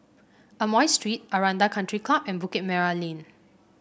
Amoy Street Aranda Country Club and Bukit Merah Lane